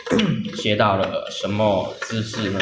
然后呢 老师教 hor ya